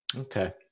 Okay